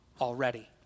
already